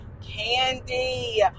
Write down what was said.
Candy